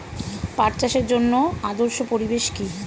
পাট চাষের জন্য আদর্শ পরিবেশ কি?